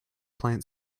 plant